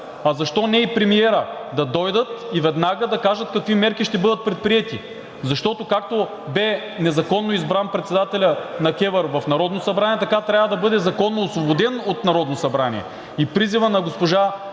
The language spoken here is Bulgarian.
а защо не и премиера, да дойдат и веднага да кажат какви мерки ще бъдат предприети. Защото, както бе незаконно избран председателят на КЕВР в Народното събрание, така трябва да бъде законно освободен от